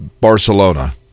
Barcelona